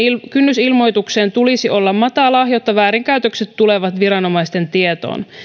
kynnys ilmoitukseen tulisi olla matala jotta väärinkäytökset tulevat viranomaisten tietoon